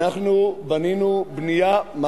גם